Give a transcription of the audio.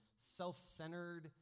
self-centered